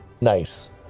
Nice